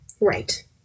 right